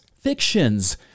fictions